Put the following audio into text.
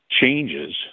changes